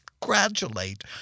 Congratulate